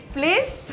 Please